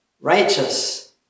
righteous